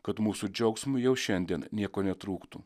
kad mūsų džiaugsmui jau šiandien nieko netrūktų